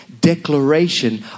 declaration